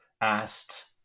asked